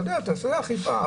תעשה אכיפה.